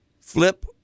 Flip